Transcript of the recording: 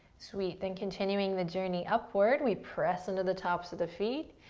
sweet. then, continuing the journey upward, we press into the tops of the feet.